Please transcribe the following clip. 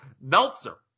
Meltzer